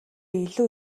илүү